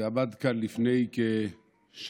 ועמד כאן לפני כשעה